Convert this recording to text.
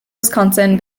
wisconsin